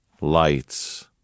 Lights